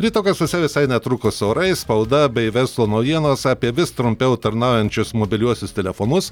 ryto garsuose visai netrukus orai spauda bei verslo naujienos apie vis trumpiau tarnaujančius mobiliuosius telefonus